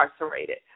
incarcerated